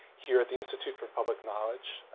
here at the institute for public knowledge.